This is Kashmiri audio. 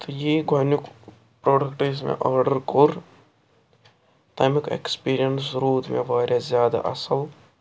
تہٕ یہِ یہِ گۄڈنیُک پرٛوڈکٹ یُس مےٚ آرڈر کوٚر تمیُک اٮ۪کٕسپیٖرینٕس روٗد مےٚ وارِیاہ زیادٕ اصٕل